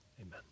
amen